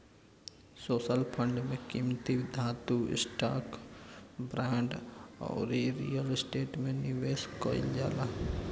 social fund में कीमती धातु, स्टॉक, बांड अउरी रियल स्टेट में निवेश कईल जाला